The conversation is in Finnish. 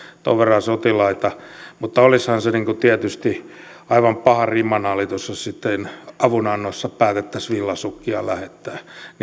tuon verran sotilaita mutta olisihan se tietysti aivan paha rimanalitus jos sitten avunannossa päätettäisiin villasukkia lähettää